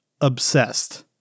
Obsessed